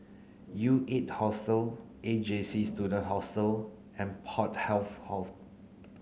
U eight Hostel A J C Student Hostel and Port Health Office